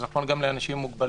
זה נכון גם לאנשים עם מוגבלויות,